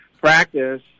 practice